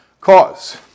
cause